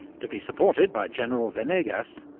to be supported by general venegas,